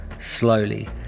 slowly